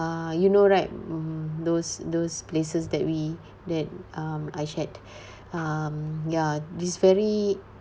uh you know right mm those those places that we that um I share um ya this very